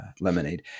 lemonade